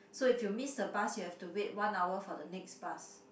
so if you miss the bus you have to wait one hour for the next bus